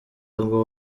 ngo